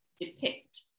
depict